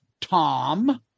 Tom